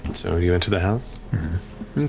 and so you enter the house